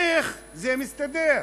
איך זה מסתדר?